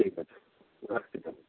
ঠিক আছে রাখছি তালে